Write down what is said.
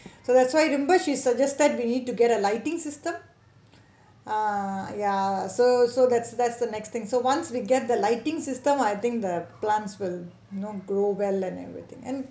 so that's why remember she suggested we need to get a lighting system ah ya so so that's that's the next thing so once we get the lighting system I think the plants will you know grow well and everything and